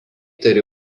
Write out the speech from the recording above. turi